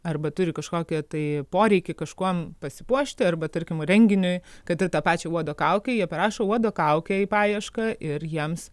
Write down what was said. arba turi kažkokią tai poreikį kažkuom pasipuošti arba tarkim renginiui kad ir tą pačią uodo kaukę jie parašo uodo kaukė į paiešką ir jiems